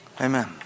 Amen